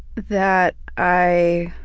that i